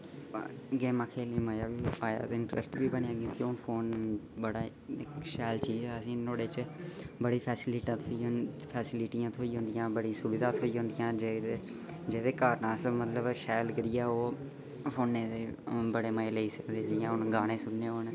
गेमां खेल्लने ई मज़ा बी आया ते इंटरस्ट बी बनी आ क्यों फोन बड़ा इक शैल चीज़ ऐ असें ई नुहाड़े च फेसिलिटां फैसिलिटियां थ्होई जन्दियां बड़ा सुविधा थ्होई जंदियां जेह्दे कारण अस मतलब शैल करियै ओह् फोने दे बड़े मजे लेई सकदे जि'यां हून गाने सुनने होन